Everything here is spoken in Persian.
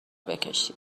بکشی